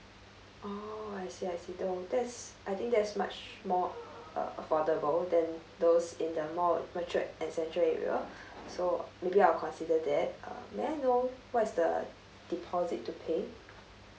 oh I see I see though that's I think that's much more uh affordable than those in the more matured at central area so maybe I'll consider that uh may I know what is the deposit to pay